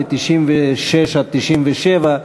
ב-1996 1997,